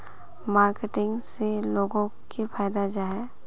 Marketing से लोगोक की फायदा जाहा?